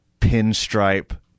pinstripe